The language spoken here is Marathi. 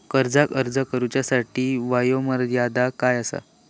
कर्जाक अर्ज करुच्यासाठी वयोमर्यादा काय आसा?